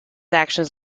actions